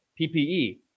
PPE